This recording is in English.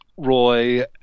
Roy